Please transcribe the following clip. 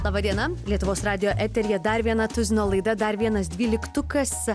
laba diena lietuvos radijo eteryje dar viena tuzino laida dar vienas dvyliktukas